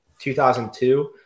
2002